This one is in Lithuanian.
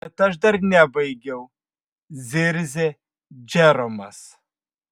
bet aš dar nebaigiau zirzė džeromas